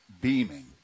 beaming